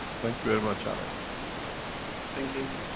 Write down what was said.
thank you very much, alekz thank you.